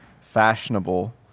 fashionable